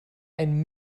einen